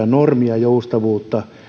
normeja ja joustavuutta